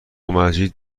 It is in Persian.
مجید